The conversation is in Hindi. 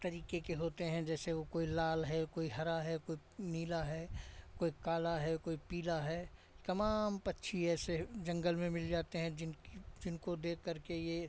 तरीके के होते हैं जैसे वो कोई लाल है कोई हरा है कोई नीला है कोई काला है कोई पीला तमाम पक्षियों से जंगल में मिल जाते हैं जिन जिनको देख करके ये